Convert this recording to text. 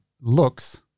looks